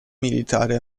militare